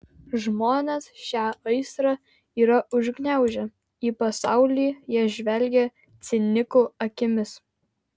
žmonės šią aistrą yra užgniaužę į pasaulį jie žvelgia cinikų akimis